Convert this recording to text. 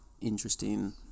interesting